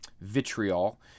vitriol